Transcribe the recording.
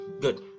Good